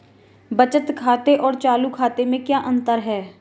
बचत खाते और चालू खाते में क्या अंतर है?